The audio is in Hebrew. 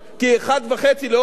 לאור ההתפתחויות בעולם,